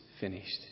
finished